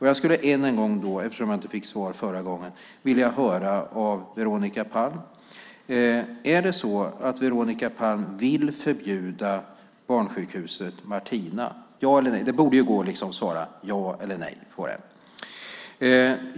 Jag skulle än en gång, eftersom jag inte fick svar förra gången, vilja höra av Veronica Palm om det är så att Veronica Palm vill förbjuda Barnsjukhuset Martina. Ja eller nej? Det borde ju gå att svara ja eller nej på den frågan.